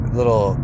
little